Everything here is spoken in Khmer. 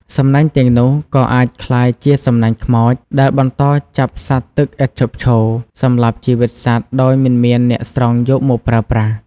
សំណាញ់ទាំងនោះក៏អាចក្លាយជា "សំណាញ់ខ្មោច" ដែលបន្តចាប់សត្វទឹកឥតឈប់ឈរ សម្លាប់ជីវិតសត្វដោយមិនមានអ្នកស្រង់យកមកប្រើប្រាស់។